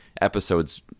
episodes